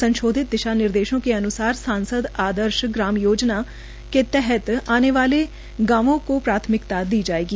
संशोधित दिशा निर्देशे के अन्सार सांसद आदर्श ग्राम योजना के तहत आने वाले गांवों को प्राथमिकता दी जायेगी